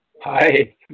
Hi